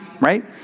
right